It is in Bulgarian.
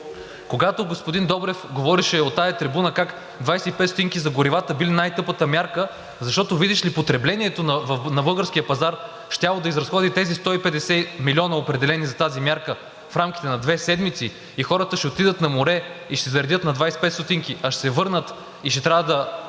когато господин Добрев говореше от тази трибуна как 25 стотинки за горивата били най тъпата мярка, защото, видиш ли, потреблението на българския пазар щяло да изразходи тези 150 милиона, определени за тази мярка, в рамките на две седмици и хората ще отидат на море и ще заредят на 25 стотинки, а ще се върнат и ще трябва да